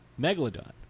Megalodon